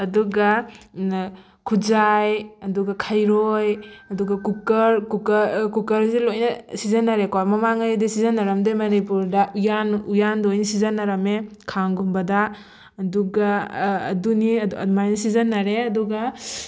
ꯑꯗꯨꯒ ꯈꯨꯖꯥꯏ ꯑꯗꯨꯒ ꯈꯩꯔꯣꯏ ꯑꯗꯨꯒ ꯀꯨꯀꯔ ꯀꯨꯀꯔ ꯀꯨꯀꯔꯁꯤ ꯂꯣꯏꯅ ꯁꯤꯖꯤꯟꯅꯔꯦꯀꯣ ꯃꯃꯥꯡꯉꯩꯗ ꯁꯤꯖꯤꯟꯅꯔꯝꯗꯦ ꯃꯅꯤꯄꯨꯔꯗ ꯎꯌꯥꯟ ꯎꯌꯥꯟꯗ ꯑꯣꯏꯅ ꯁꯤꯖꯟꯅꯔꯝꯃꯦ ꯈꯥꯡꯒꯨꯝꯕꯗ ꯑꯗꯨꯒ ꯑꯗꯨꯅꯤ ꯑꯗꯨꯃꯥꯏꯅ ꯁꯤꯖꯤꯟꯅꯔꯦ ꯑꯗꯨꯒ